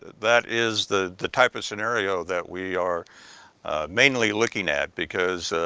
that is the the type of scenario that we are mainly looking at, because